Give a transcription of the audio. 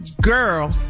Girl